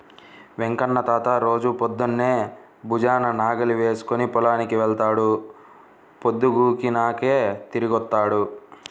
వెంకన్న తాత రోజూ పొద్దన్నే భుజాన నాగలి వేసుకుని పొలానికి వెళ్తాడు, పొద్దుగూకినాకే తిరిగొత్తాడు